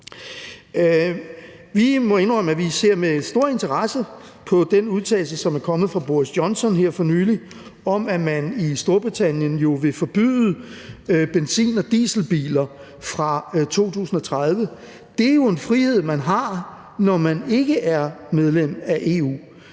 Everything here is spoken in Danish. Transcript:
Vi må indrømme, at vi ser med stor interesse på den udtalelse, som er kommet fra Boris Johnson her for nylig, om, at man i Storbritannien vil forbyde benzin- og dieselbiler fra 2030. Det er jo en frihed, man har, når man ikke er medlem af EU.